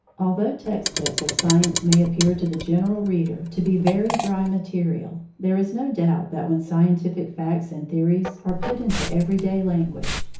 although text-books of science may appear to the general reader to be very dry material, there is no doubt that, when scientific facts and theories are put into everyday language,